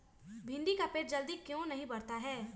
भिंडी का पेड़ जल्दी क्यों नहीं बढ़ता हैं?